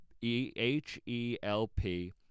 E-H-E-L-P